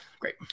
great